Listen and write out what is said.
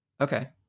okay